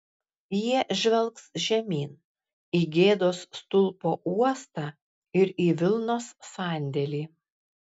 jie žvelgs žemyn į gėdos stulpo uostą ir į vilnos sandėlį